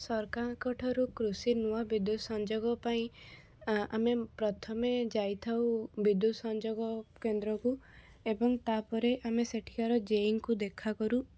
ସରକାରଙ୍କ ଠାରୁ କୃଷି ନୂଆ ବିଦ୍ୟୁତ ସଂଯୋଗ ପାଇଁ ଅ ଆମେ ପ୍ରଥମେ ଯାଇଥାଉ ବିଦ୍ୟୁତ ସଂଯୋଗ କେନ୍ଦ୍ରକୁ ଏବଂ ତାପରେ ଆମେ ସେଠିକାର ଜେଇଙ୍କୁ ଦେଖାକରୁ